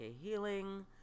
healing